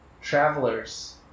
Travelers